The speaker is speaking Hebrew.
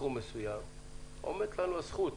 סכום מסוים עומדת לנו הזכות